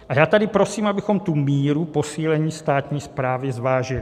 A já tady prosím, abychom tu míru posílení státní správy zvážili.